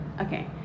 okay